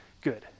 good